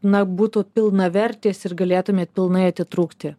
na būtų pilnavertės ir galėtumėt pilnai atitrūkti